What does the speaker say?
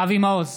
אבי מעוז,